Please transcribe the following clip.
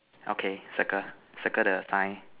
okay circle circle the sign